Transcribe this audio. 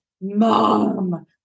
Mom